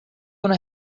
una